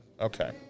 Okay